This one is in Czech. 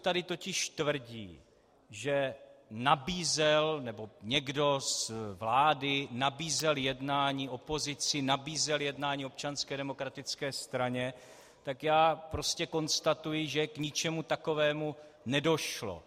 Pokud tady totiž tvrdí, že nabízel, nebo někdo z vlády nabízel jednání opozici, nabízel jednání Občanské demokratické straně, tak já prostě konstatuji, že k ničemu takovému nedošlo.